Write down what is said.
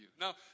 Now